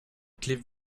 clip